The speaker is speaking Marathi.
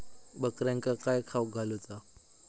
बकऱ्यांका काय खावक घालूचा?